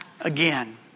again